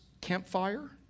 campfire